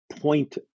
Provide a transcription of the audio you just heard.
point